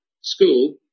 school